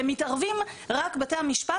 הם מתערבים רק בתי המשפט,